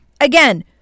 again